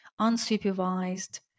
unsupervised